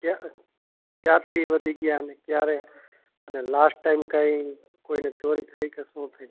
કયા કયારથી વધી ગયા ને ક્યારે અને લાસ્ટ ટાઈમ કઈ કોઈને ચોરી થઈ કે શું થયું